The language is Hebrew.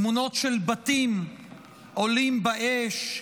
תמונות של בתים עולים באש,